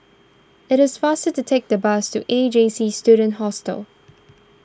it is faster to take the bus to A J C Student Hostel